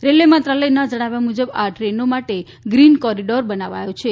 railway મંત્રાલયના જણાવ્યા મુજબ આ ટ્રેનો માટે ગ્રીન કોરીડોર બનાવાયો છે